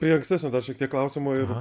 prie ankstesnio dar šiek tiek klausimo ir